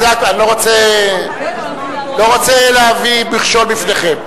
אני לא רוצה להביא מכשול בפניכם.